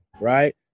right